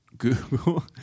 google